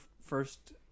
first